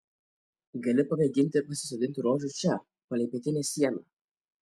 gali pamėginti pasisodinti rožių čia palei pietinę sieną